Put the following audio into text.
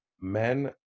Men